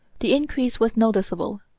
the increase was noticeable.